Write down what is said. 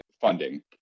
funding